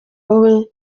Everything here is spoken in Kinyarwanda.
wowe